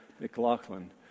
McLaughlin